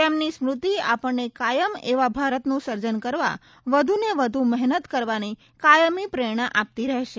તેમની સ્મ્રતિ આપણને કાયમ એવા ભારતનું સર્જન કરવા વધુને વધુ મહેનત કરવાની કાયમી પ્રેરણા આપતી રહેશે